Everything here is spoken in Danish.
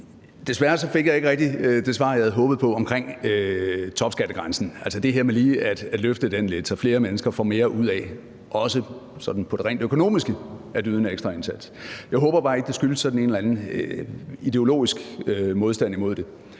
Desværre fik jeg ikke rigtig det svar, jeg havde håbet på, omkring topskattegrænsen, altså det her med lige at løfte den lidt, så flere mennesker får mere ud af, også rent økonomisk, at yde en ekstra indsats. Jeg håber bare ikke, at det skyldes en eller anden ideologisk modstand imod det.